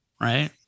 right